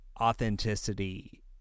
authenticity